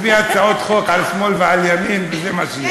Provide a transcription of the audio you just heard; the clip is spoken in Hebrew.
מביא הצעות חוק על שמאל ועל ימין, וזה מה שיש.